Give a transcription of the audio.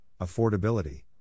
affordability